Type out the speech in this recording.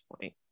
point